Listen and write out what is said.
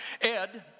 Ed